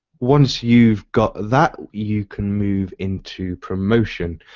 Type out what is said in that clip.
once you've got that, you can move into promotion.